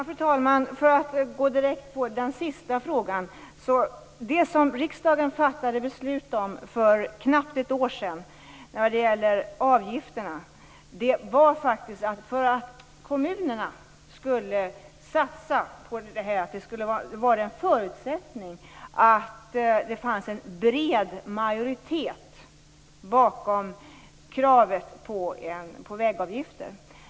Fru talman! Jag går direkt på den sista frågan. Riksdagen fattade beslut för knappt ett år sedan om avgifterna. För att få kommunerna att satsa var en förutsättning att det fanns en bred majoritet bakom kravet på vägavgifter.